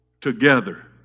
Together